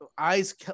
eyes